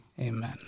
Amen